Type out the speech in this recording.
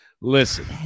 Listen